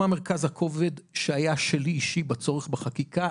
מה מרכז הכובד שהיה שלי אישי בצורך בחקיקה,